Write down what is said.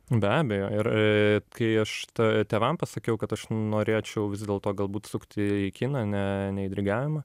be abejo ir kai aš t tėvam pasakiau kad aš norėčiau vis dėlto galbūt sukti į kiną ne ne į dirigavimą